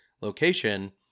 location